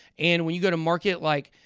and when you go to market, like,